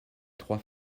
trois